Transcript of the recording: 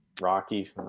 Rocky